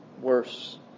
worse